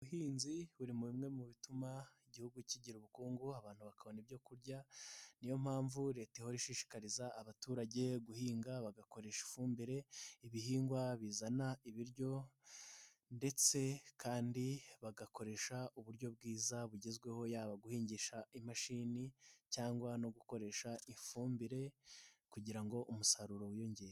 Ubuhinzi buri mu bimwe mu bituma Igihugu kigira ubukungu abantu bakabona ibyo kurya, ni yo mpamvu Leta ihora ishishikariza abaturage guhinga bagakoresha ifumbire ibihingwa bizana ibiryo ndetse kandi bagakoresha uburyo bwiza bugezweho, yaba guhingisha imashini cyangwa no gukoresha ifumbire kugira ngo umusaruro wiyongere.